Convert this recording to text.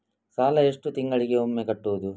ಸಾಲ ಎಷ್ಟು ತಿಂಗಳಿಗೆ ಒಮ್ಮೆ ಕಟ್ಟುವುದು?